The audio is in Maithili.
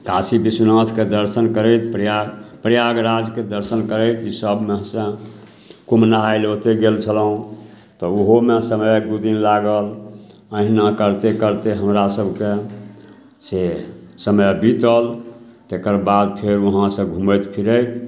काशी विश्वनाथके दर्शन करैत प्रयाग प्रयागराजके दर्शन करैत ईसबमे से कुम्भ नहाइलए ओतऽ गेल छलहुँ तऽ ओहोमे समय दुइ दिन लागल एहिना करिते करिते हमरासभके से समय बितल तकर बाद फेर वहाँ से घुमैत फिरैत